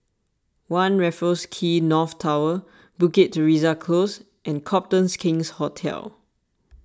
one Raffles Quay North Tower Bukit Teresa Close and Copthorne King's Hotel